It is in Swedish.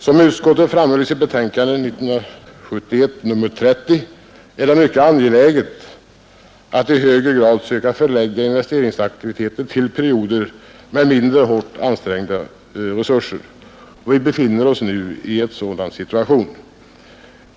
Som utskottet framhöll i sitt betänkande 1971:30 är det mycket angeläget att i högre grad söka förlägga investeringsaktiviteten till perioder med mindre hårt ansträngda resurser. Vi befinner oss nu i en sådan situation.